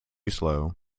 slow